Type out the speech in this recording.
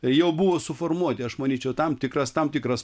jau buvo suformuoti aš manyčiau tam tikras tam tikras